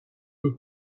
who